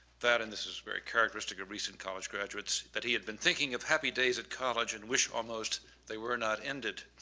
that and this is very characteristic of recent college graduates, that he had been thinking of happy days at college and wished almost they were not ended.